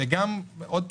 עוד פעם,